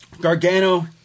Gargano